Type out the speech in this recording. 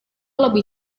lebih